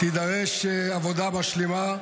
תידרש עבודה משלימה,